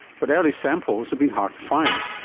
but early samples have been hard to find,